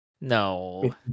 no